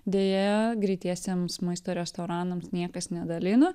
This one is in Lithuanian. deja greitiesiems maisto restoranams niekas nedalina